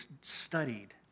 studied